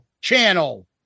channel